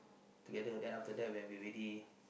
together then after that when we ready